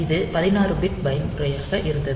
இது 16 பிட் பயன்முறையாக இருந்தது